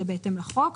זה בהתאם לחוק.